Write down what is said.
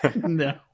no